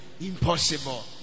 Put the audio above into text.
impossible